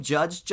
Judge